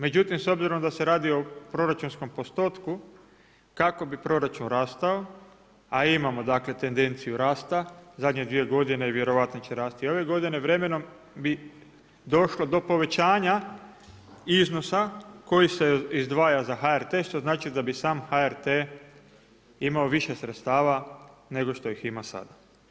Međutim, s obzirom da se radi o proračunskom postotku, kako bi proračun rastao, a imamo tendenciju rasta, u zadnje dvije godine, vjerojatno će rasti ove godine, vremenom bi došlo do povećanja iznosa koji se izdvaja za HRT, što znači da bi sam HRT imao više sredstava nego što ih ima sada.